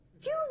June